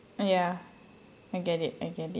ya I get it I get it